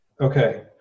Okay